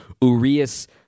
Urias